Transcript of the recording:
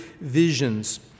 visions